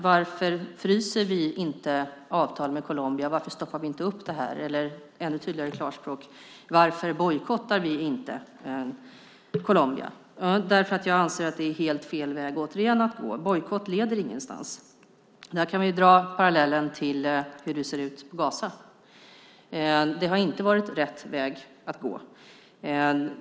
Varför fryser vi inte avtal med Colombia? Varför stoppar vi inte detta? Eller ännu tydligare: Varför bojkottar vi inte Colombia? Därför att jag anser att det är fel väg att gå. Bojkott leder ingenstans. Vi kan dra parallellen med hur det ser ut i Gaza. Det har inte varit rätt väg att gå.